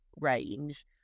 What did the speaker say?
range